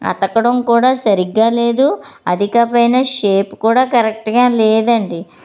అతకడం కూడా సరిగ్గా లేదు అది కాపోయిన షేప్ కూడా కరక్ట్గా లేదండి